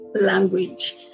language